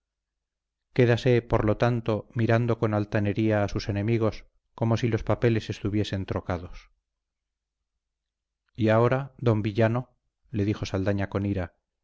quedáse por lo tanto mirando con altanería a sus enemigos como si los papeles estuviesen trocados y ahora don villano le dijo saldaña con ira